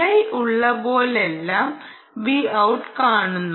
Vi ഉള്ളപ്പോഴെല്ലാം Vout കാണുന്നു